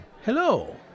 Hello